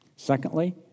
Secondly